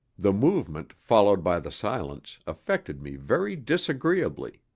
the movement, followed by the silence, affected me very disagreeably.